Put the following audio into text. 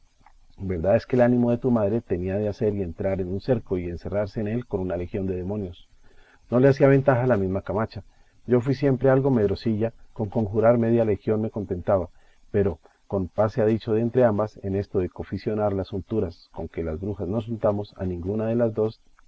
verdad es que el ánimo que tu madre tenía de hacer y entrar en un cerco y encerrarse en él con una legión de demonios no le hacía ventaja la misma camacha yo fui siempre algo medrosilla con conjurar media legión me contentaba pero con paz sea dicho de entrambas en esto de conficionar las unturas con que las brujas nos untamos a ninguna de las dos